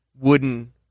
wooden